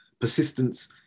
persistence